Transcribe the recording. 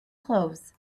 clothes